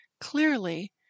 clearly